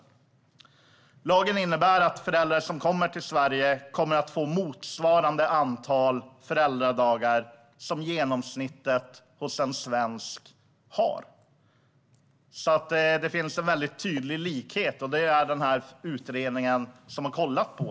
Lagen innebär att föräldrar som kommer till Sverige kommer att få motsvarande antal föräldrapenningdagar som svenskar i genomsnitt har. Det finns alltså en tydlig likhet. Det har utredningen undersökt.